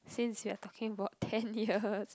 since we are talking about ten years